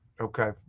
Okay